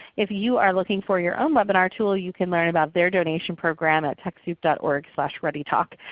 if you are looking for your own webinar tool, you can learn about their donation program at techsoupo org readytalk.